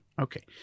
okay